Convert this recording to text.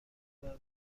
نشان